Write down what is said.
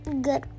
good